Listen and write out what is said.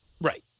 right